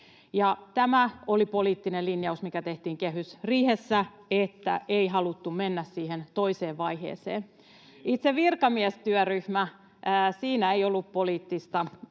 Tämä oli poliittinen linjaus, mikä tehtiin kehysriihessä, että ei haluttu mennä siihen toiseen vaiheeseen. [Timo Harakka: Vielä!] Itse virkamiestyöryhmässä ei ollut poliittista